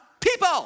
people